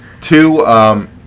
two